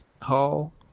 hall